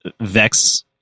vex